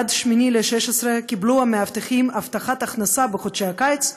עד אוגוסט 2016 קיבלו המאבטחים הבטחת הכנסה בחודשי הקיץ.